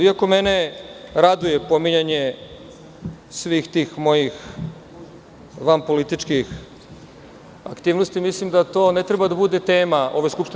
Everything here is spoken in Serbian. Iako mene raduje pominjanje svih tih mojih vanpolitičkih aktivnosti, mislim da to ne treba da bude tema ove Skupštine.